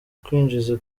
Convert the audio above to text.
kwinjiza